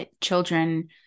children